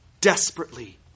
desperately